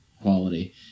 quality